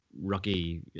Rocky